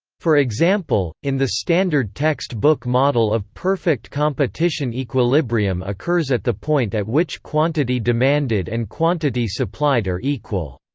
for example, in the standard text-book model of perfect competition equilibrium occurs at the point at which quantity demanded and quantity supplied are equal.